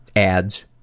adds